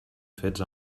fets